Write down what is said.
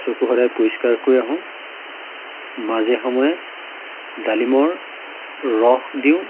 চকু সদায় পৰিষ্কাৰ কৰি আহোঁ মাজে সময়ে ডালিমৰ ৰস দিওঁ